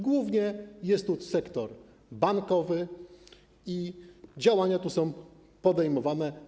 Głównie jest to sektor bankowy i działania tu są podejmowane.